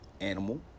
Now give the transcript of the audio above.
Animal